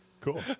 Cool